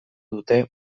duten